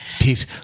Pete